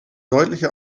deutliche